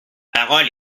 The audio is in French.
parole